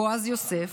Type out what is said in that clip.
בועז יוסף,